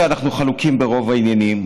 אני יודע שאנחנו חלוקים ברוב העניינים,